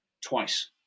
twice